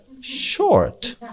short